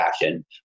fashion